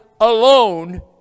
alone